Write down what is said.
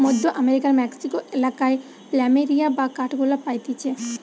মধ্য আমেরিকার মেক্সিকো এলাকায় প্ল্যামেরিয়া বা কাঠগোলাপ পাইতিছে